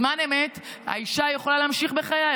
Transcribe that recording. זאת אומרת שהאישה יכולה להמשיך בחייה,